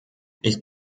ich